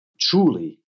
truly